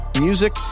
music